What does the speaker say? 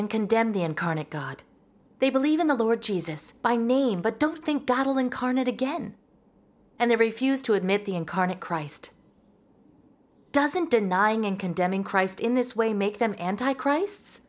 and condemn the incarnate god they believe in the lord jesus by name but don't think battle incarnate again and they refuse to admit the incarnate christ doesn't denying and condemning christ in this way make them anti christ